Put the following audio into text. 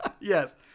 yes